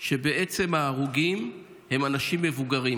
שבעצם ההרוגים הם אנשים מבוגרים,